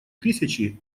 тысячи